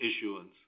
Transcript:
issuance